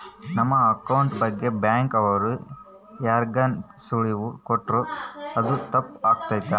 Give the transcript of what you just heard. ನಮ್ ಅಕೌಂಟ್ ಬಗ್ಗೆ ಬ್ಯಾಂಕ್ ಅವ್ರು ಯಾರ್ಗಾನ ಸುಳಿವು ಕೊಟ್ರ ಅದು ತಪ್ ಆಗ್ತದ